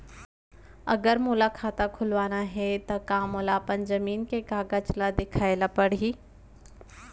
अगर मोला खाता खुलवाना हे त का मोला अपन जमीन के कागज ला दिखएल पढही?